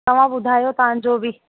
तव्हां ॿुधायो तव्हांजो बि